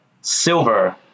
silver